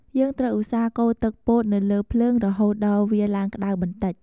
យើងត្រូវឧស្សាហ៍កូរទឹកពោតនៅលើភ្លើងហូតដល់វាឡើងក្ដៅបន្ដិច។